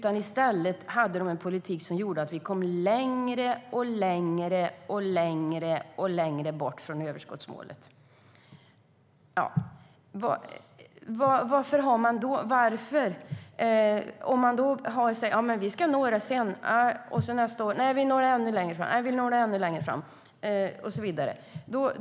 I stället hade de en politik som gjorde att vi kom allt längre och längre bort från överskottsmålet. Man sa: Vi ska nå det sedan. Nästa år sa man: Det får ske ännu längre fram. Detta upprepades år efter år.